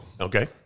Okay